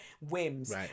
Whims